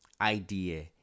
idea